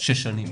שש שנים.